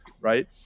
right